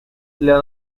для